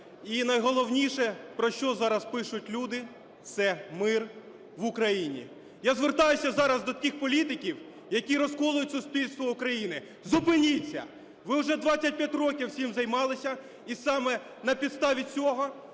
і найголовніше, про що зараз пишуть люди. – це мир в Україні. Я звертаюсь зараз до тих політиків, які розколюють суспільство України: зупиніться! Ви вже 25 років цим займалися, і саме на підставі цього